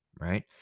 right